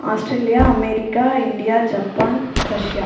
Australia America India Japan Russia